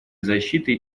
защитой